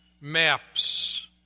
Maps